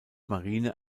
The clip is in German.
marine